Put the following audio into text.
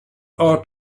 art